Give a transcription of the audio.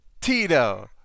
Tito